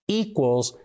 equals